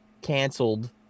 canceled